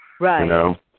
Right